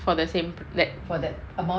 for the same like